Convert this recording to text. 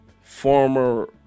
former